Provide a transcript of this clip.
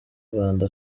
rwanda